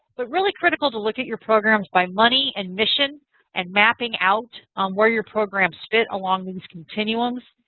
but really critical to look at your programs by money and mission and mapping out where your programs fit along these continuums.